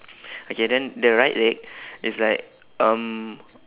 okay then the right leg is like um